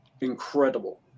incredible